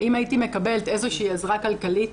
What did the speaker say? "אם הייתי מקבלת איזושהי עזרה כלכלית,